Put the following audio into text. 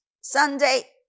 Sunday